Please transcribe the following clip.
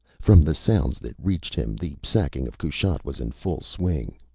from the sounds that reached him, the sacking of kushat was in full swing.